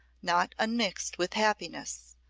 not unmixed with happiness.